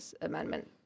amendment